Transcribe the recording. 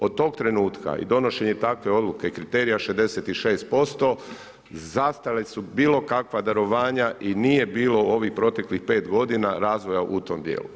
Od tog trenutka i donošenje takve odluke i kriterija 66% zastale su bilo kakva darovanja i nije bilo ovih proteklih 5 g. razvoja u tom dijelu.